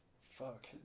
fuck